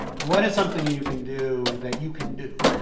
what is something you can do that you can do,